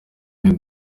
hehe